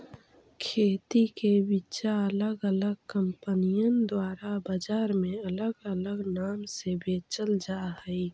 खेती के बिचा अलग अलग कंपनिअन द्वारा बजार में अलग अलग नाम से बेचल जा हई